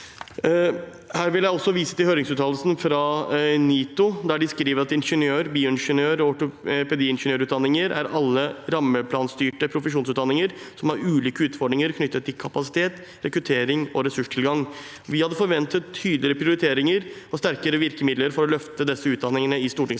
Her vil jeg vise til høringsuttalelsen fra NITO, der de skriver: «Ingeniør-, bioingeniør- og ortopediingeniørutdanninger er alle rammeplanstyrte profesjonsutdanninger som har ulike utfordringer knyttet til kapasitet, rekruttering og ressurstilgang. Vi hadde forventet tydeligere prioriteringer og sterkere virkemidler for å løfte disse utdanningene i stortingsmeldingen.»